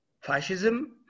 fascism